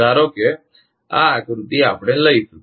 ધારો કે આ આકૃતિ આપણે લઈશું